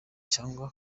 cyangwa